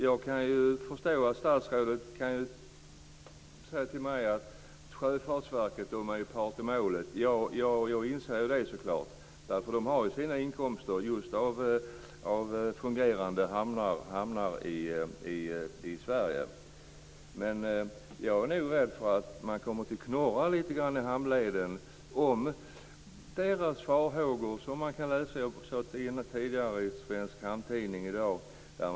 Jag kan förstå att statsrådet säger till mig att Sjöfartsverket är part i målet. Jag inser det. De har ju sina inkomster av just fungerande hamnar i Sverige. Jag är rädd för att man kommer att knorra lite grann i hamnarna om de farhågor som man kan läsa om i Svensk hamntidning i dag slår in.